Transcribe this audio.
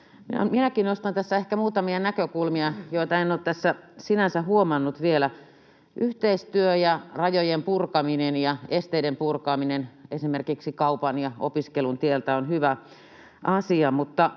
Minäkin nostan tässä ehkä muutamia näkökulmia, joita en ole tässä sinänsä huomannut vielä. Yhteistyö ja rajojen purkaminen ja esteiden purkaminen esimerkiksi kaupan ja opiskelun tieltä on hyvä asia,